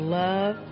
love